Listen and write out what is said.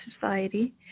society